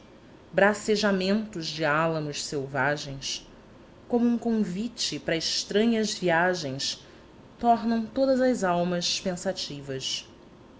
ogivas bracejamentos de álamos selvagens como um convite para estranhas viagens tornam todas as almas pensativas